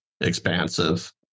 expansive